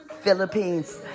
Philippines